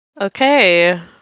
Okay